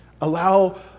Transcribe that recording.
Allow